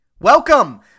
Welcome